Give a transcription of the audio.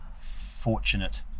fortunate